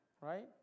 Right